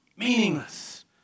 meaningless